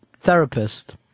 therapist